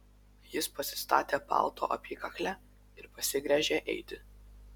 jis pasistatė palto apykaklę ir pasigręžė eiti